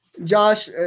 Josh